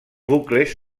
bucles